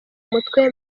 mutwe